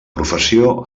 professió